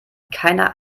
keiner